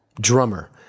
drummer